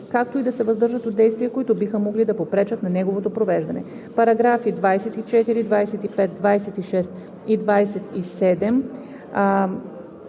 както и да се въздържат от действия, които биха могли да попречат на неговото провеждане.“ Параграфи 24, 25, 26 и 27